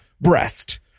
breast